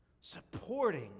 supporting